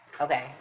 okay